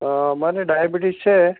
અ મને ડાયાબિટીસ છે